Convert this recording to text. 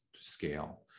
scale